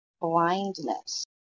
blindness